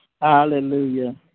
Hallelujah